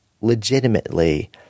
legitimately